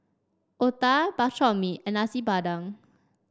Otah Bak Chor Mee and Nasi Padang